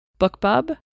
BookBub